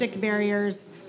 barriers